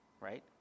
right